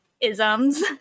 Isms